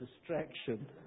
distraction